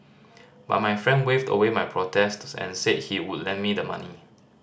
but my friend waved away my protests and said he would lend me the money